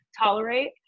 tolerate